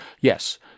Yes